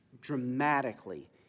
dramatically